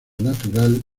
natural